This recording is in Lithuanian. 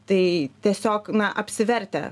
tai tiesiog na apsivertę